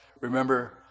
Remember